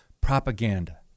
propaganda